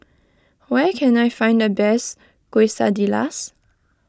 where can I find the best Quesadillas